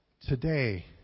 Today